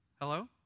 Hello